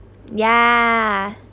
yeah